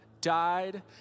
died